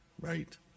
right